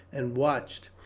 and watched,